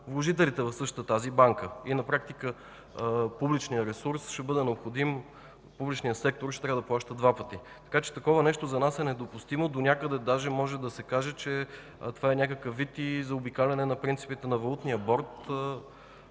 вложителите в същата тази банка? На практика публичният ресурс ще бъде необходим. Публичният сектор ще трябва да плаща два пъти, така че такова нещо за нас е недопустимо, донякъде даже може да се каже, че това е някакъв вид и заобикаляне на принципите на валутния борд